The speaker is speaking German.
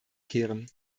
kehren